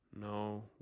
No